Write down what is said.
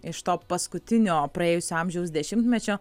iš to paskutinio praėjusio amžiaus dešimtmečio